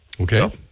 Okay